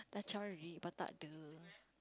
dah cari but tak ada